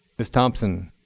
ms. thompson.